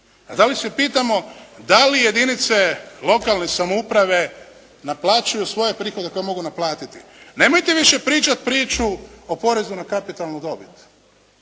A da li se pitamo da li jedinice lokalne samouprave naplaćuju svoje prihode koje mogu naplatiti. Nemojte više pričati priču o porezu na kapitalnu dobit.